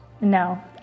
No